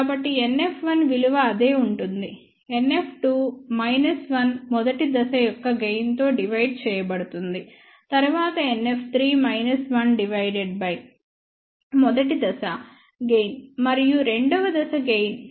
కాబట్టి NF1 విలువ అదే ఉంటుంది NF2 మైనస్ 1 మొదటి దశ యొక్క గెయిన్ తో డివైడ్ చేయబడింది తరువాత NF3 మైనస్ 1 డివైడెడ్ బై మొదటి దశ గెయిన్ మరియు రెండవ దశ యొక్క గెయిన్